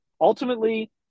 ultimately